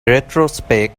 retrospect